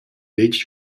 detg